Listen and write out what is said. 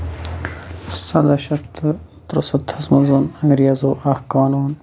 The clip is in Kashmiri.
سَداہ شَتھ تہٕ تُرٛسَتھَس منٛز اوٚن انٛگریزو اکھ قانوٗن